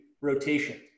rotation